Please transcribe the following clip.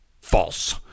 False